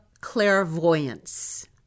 clairvoyance